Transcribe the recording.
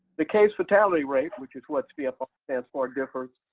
the case fatality rate, which is what cfr stand for, differs.